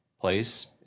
place